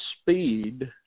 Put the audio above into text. speed